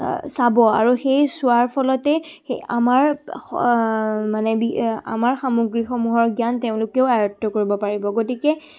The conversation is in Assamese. চাব আৰু সেই চোৱাৰ ফলতে সেই আমাৰ মানে আমাৰ সামগ্ৰীসমূহৰ জ্ঞান তেওঁলোকেও আয়ত্ব কৰিব পাৰিব গতিকে